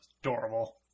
adorable